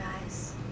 guys